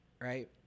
right